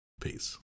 Peace